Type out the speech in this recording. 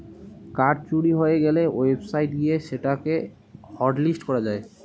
card চুরি হয়ে গ্যালে ওয়েবসাইট গিয়ে সেটা কে হটলিস্ট করা যায়